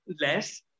less